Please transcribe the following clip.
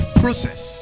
process